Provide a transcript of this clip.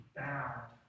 bound